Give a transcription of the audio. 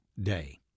day